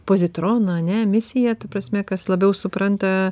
pozitrono ane emisija ta prasme kas labiau supranta